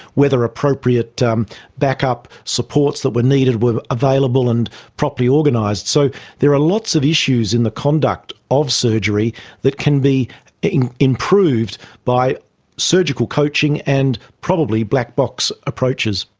whether appropriate um backup supports that were needed were available and properly organised. so there are lots of issues in the conduct of surgery that can be improved by surgical coaching and probably black box approaches.